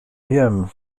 wiem